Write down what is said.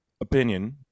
opinion